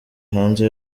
hanze